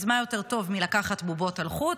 אז מה יותר טוב מלקחת בובות על חוט,